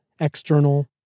external